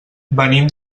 venim